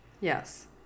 Yes